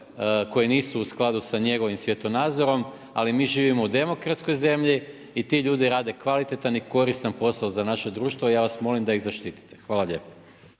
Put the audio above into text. koji nisu u skladu s njegovim svjetonazorom, ali mi živimo u demokratskoj zemlji i ti ljudi rade kvalitetan i koristan posao za naše društva. Ja vas molim da ih zaštitite. Hvala lijepo.